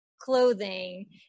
clothing